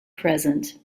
present